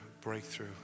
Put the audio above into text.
breakthrough